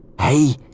Hey